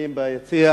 שנמצאים ביציע.